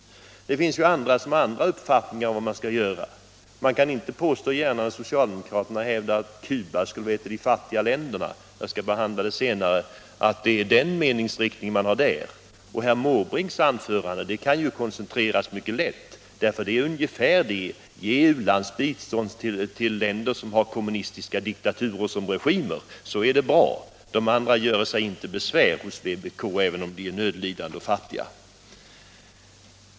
Det finns somliga som har andra uppfattningar om vad man skall göra. Man kan inte gärna liksom socialdemokraterna påstå att Cuba är ett av de fattiga länderna. Jag skall behandla det senare. Herr Måbrinks anförande kan koncentreras mycket lätt: Ge u-landsbiståndet till länder som har kommunistiska diktaturer såsom regimer, så är det bra. Andra länder göre sig inte besvär hos vpk, även om de är nödlidande och fattiga.